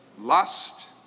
Lust